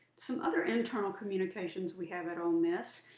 some other internal communications we have at ole miss,